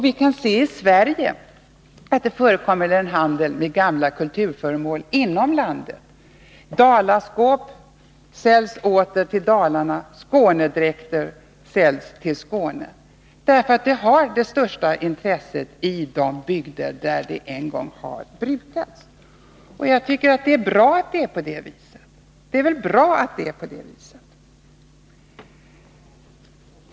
Vi kan se i Sverige att det förekommer en handel med gamla kulturföremål inom landet. Dalaskåp säljs åter till Dalarna, och Skånedräkter säljs till Skåne, därför att dessa föremål har det största intresset i de bygder där de en gång brukats. Jag tycker att det är bra att det är på det viset.